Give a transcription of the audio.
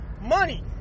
money